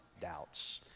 doubts